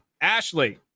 Ashley